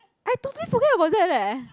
I totally forget about that leh